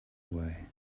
away